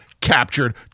captured